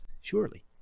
surely